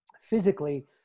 physically